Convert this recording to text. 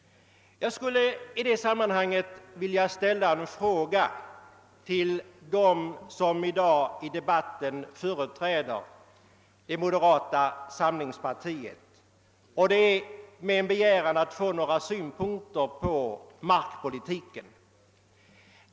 Jag skulle i detta sammanhang vilja vända mig till dem som i debatten företräder moderata samlingspartiet med en begäran att få några synpunkter på markpolitiken.